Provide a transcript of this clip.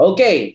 Okay